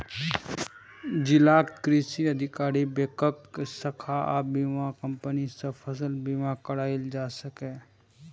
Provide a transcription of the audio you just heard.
जिलाक कृषि अधिकारी, बैंकक शाखा आ बीमा कंपनी सं फसल बीमा कराएल जा सकैए